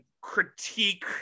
critique